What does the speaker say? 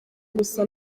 gusa